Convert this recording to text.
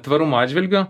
tvarumo atžvilgiu